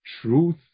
truth